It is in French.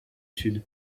sud